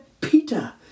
Peter